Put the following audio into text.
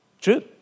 True